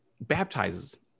baptizes